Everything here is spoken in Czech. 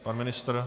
Pan ministr?